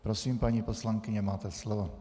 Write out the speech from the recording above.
Prosím, paní poslankyně, máte slovo.